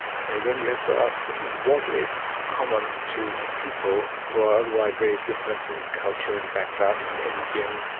so then you have to ask what is common to people who are otherwise very different in culture and backgrounds, an indian,